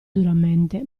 duramente